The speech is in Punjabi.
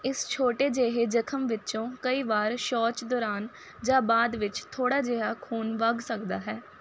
ਇਸ ਛੋਟੇ ਜਿਹੇ ਜ਼ਖਮ ਵਿੱਚੋਂ ਕਈ ਵਾਰ ਸ਼ੌਚ ਦੌਰਾਨ ਜਾਂ ਬਾਅਦ ਵਿੱਚ ਥੋੜ੍ਹਾ ਜਿਹਾ ਖ਼ੂਨ ਵਗ ਸਕਦਾ ਹੈ